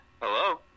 Hello